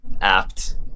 apt